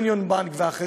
Union Bank ואחרים,